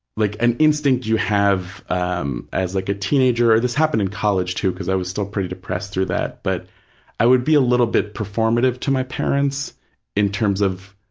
like an instinct you have um as like a teenager, and this happened in college, too, because i was still pretty depressed through that, but i would be a little bit performative to my parents in terms of,